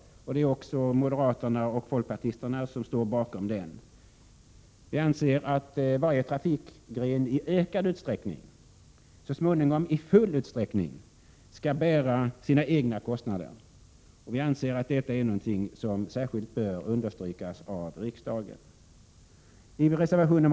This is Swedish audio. Det är moderaterna och folkpartiet som står bakom den också. Vi anser att varje trafikgren i ökad utsträckning — så småningom i full utsträckning — skall bära sina egna kostnader. Vi anser att detta bör särskilt understrykas av riksdagen. Jag yrkar bifall även till reservation 6.